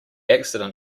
accident